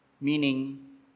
Meaning